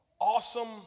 awesome